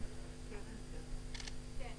כן.